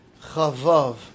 Chavav